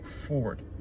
forward